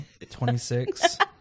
26